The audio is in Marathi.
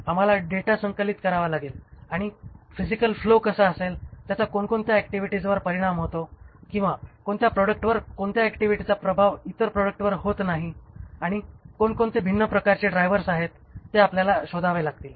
आम्हाला डेटा संकलित करावा लागेल आणि फिजिकल फ्लो कसा असेल त्यांचा कोणकोणत्या ऍक्टिव्हिटीजवर परिणाम होतो किंवा कोणत्या प्रॉडक्टवर कोणत्या ऍक्टिव्हीटीचा प्रभाव इतर प्रॉडक्टवर होत नाही आणि कोणकोणते भिन्न प्रकारचे ड्रायव्हर्स आहेत ते आपल्याला शोधावे लागतील